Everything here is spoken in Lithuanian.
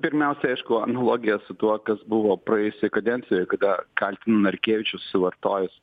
pirmiausia aišku analogija su tuo kas buvo praėjusioj kadencijoj kada kaltino narkevičius suvartojus